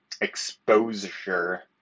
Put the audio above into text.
Exposure